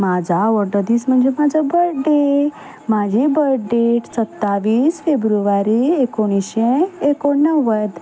म्हाजो आवडटो दीस म्हणजे म्हाजो बर्थडे म्हाजी बर्थ डेट सत्तावीस फेब्रुवारी एकुणशे एकुणणव्वद